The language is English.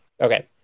Okay